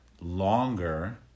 longer